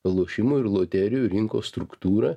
lošimų ir loterijų rinkos struktūrą